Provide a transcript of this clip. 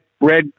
red